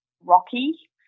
rocky